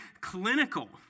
clinical